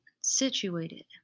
situated